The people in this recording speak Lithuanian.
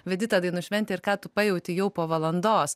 vedi tą dainų šventę ir ką tu pajauti jau po valandos